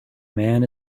man